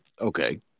Okay